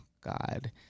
God